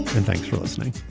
and thanks for listening